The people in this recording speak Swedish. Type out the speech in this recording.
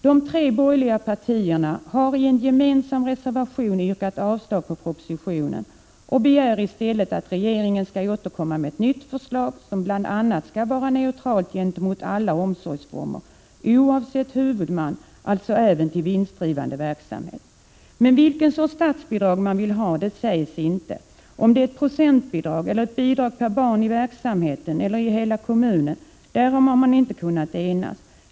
De tre borgerliga partierna har i en gemensam reservation yrkat avslag på propositionen och begär i stället att regeringen skall återkomma med ett nytt förslag, som bl.a. skall vara neutralt gentemot alla omsorgsformer oavsett huvudman — alltså även till vinstdrivande verksamhet. Vilken sorts statsbidrag man vill ha sägs dock inte — om det är ett procentbidrag, ett bidrag per barn i verksamheten eller ett bidrag till hela kommunen.